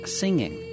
singing